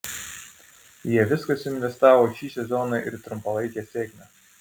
jie viską suinvestavo į šį sezoną ir trumpalaikę sėkmę